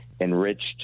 enriched